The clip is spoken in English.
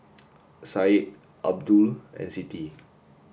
Said Abdul and Siti